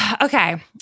Okay